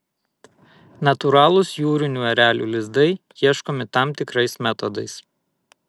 natūralūs jūrinių erelių lizdai ieškomi tam tikrais metodais